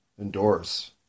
endorse